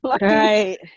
Right